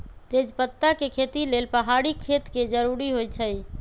तजपत्ता के खेती लेल पहाड़ी खेत के जरूरी होइ छै